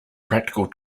practical